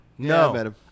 No